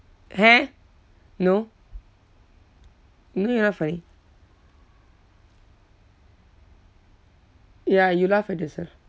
eh no no you're not funny ya you laugh at yourself